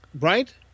right